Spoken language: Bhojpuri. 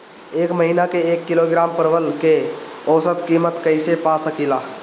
एक महिना के एक किलोग्राम परवल के औसत किमत कइसे पा सकिला?